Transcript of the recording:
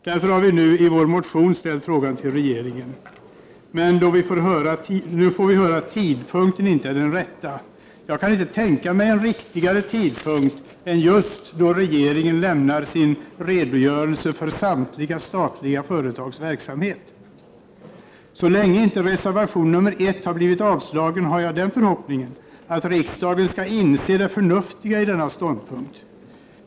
Därför har vi nu i vår motion ställt frågan till regeringen, men då får vi höra att tidpunkten inte är den rätta. Jag kan inte tänka mig en riktigare tidpunkt än just då regeringen lämnar sin redogörelse för samtliga statliga företags verksamhet. Så länge inte reservation nr 1 har blivit avslagen har jag förhoppningen att riksdagen skall inse det förnuftiga i denna ståndpunkt.